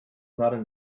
not